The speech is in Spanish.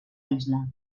isla